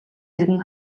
эргэн